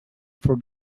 for